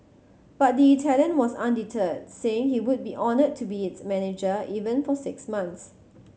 but the Italian was undeterred saying he would be honoured to be its manager even for six months